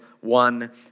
one